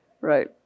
Right